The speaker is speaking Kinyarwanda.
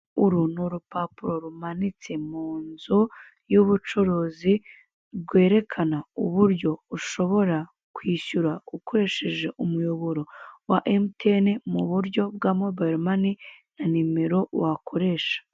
Uru ni urupapuro rumanitse munzu y'ubucuruzi rwerekana uburyo ushobora kwishyura ukoresheje umuyoboro wa MTN mu buryo bwa Mobile Money na nimero wakoresha.